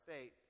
faith